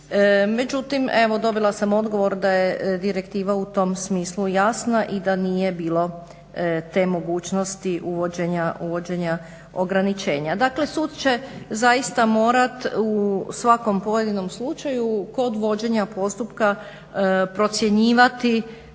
Međutim, evo dobila sam odgovor da je direktiva u tom smislu jasna i da nije bilo te mogućnosti uvođenja ograničenja. Dakle sud će zaista morati u svakom pojedinom slučaju kod vođenja postupka procjenjivati